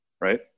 right